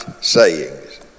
sayings